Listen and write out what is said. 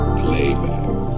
playback